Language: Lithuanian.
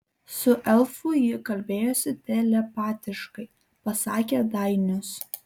su elfu ji kalbėjosi telepatiškai pasakė dainius